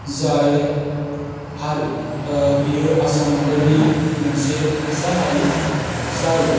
जाय हारि बियो आसाम हादरनि मोनसे फिसा हारि जाय